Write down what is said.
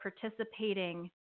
participating